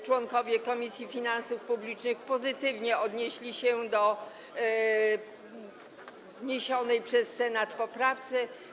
Członkowie Komisji Finansów Publicznych pozytywnie odnieśli się do wniesionej przez Senat poprawki.